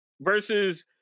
versus